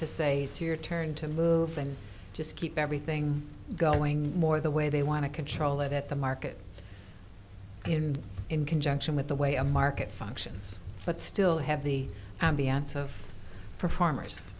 it's your turn to move and just keep everything going more the way they want to control it at the market in in conjunction with the way a market functions but still have the ambiance of performers